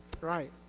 right